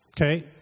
Okay